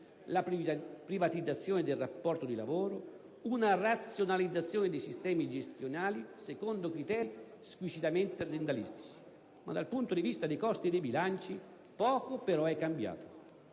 la privatizzazione del rapporto di lavoro, una razionalizzazione dei sistemi gestionali secondo criteri squisitamente aziendalistici. Ma, dal punto di vista dei costi e dei bilanci, poco però è cambiato.